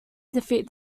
defeat